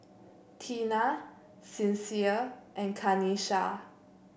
Teena Sincere and Kanisha